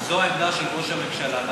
אם זו העמדה של ראש הממשלה,